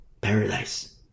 Paradise